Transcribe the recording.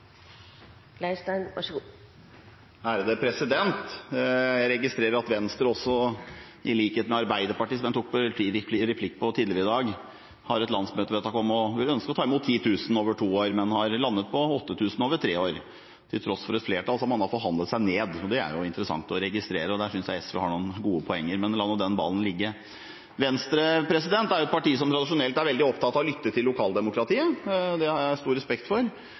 Jeg registrerer at Venstre – i likhet med Arbeiderpartiet, som jeg tok replikk på tidligere i dag – har et landsmøtevedtak om at man ønsker å ta imot 10 000 over to år, men at man har landet på 8 000 over tre år. Til tross for et flertall, har man altså forhandlet seg ned. Det er interessant å registrere, og her synes jeg SV har noen gode poenger, men la nå den ballen ligge. Venstre er et parti som tradisjonelt er veldig opptatt av å lytte til lokaldemokratiet. Det har jeg stor respekt for.